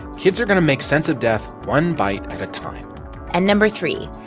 kids are going to make sense of death one bite at a time and number three,